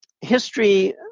history